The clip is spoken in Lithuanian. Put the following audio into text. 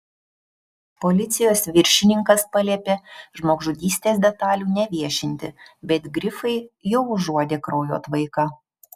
policijos viršininkas paliepė žmogžudystės detalių neviešinti bet grifai jau užuodė kraujo tvaiką